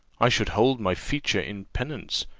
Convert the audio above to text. i should hold my features in penance,